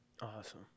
awesome